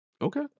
Okay